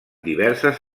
diverses